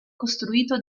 costruito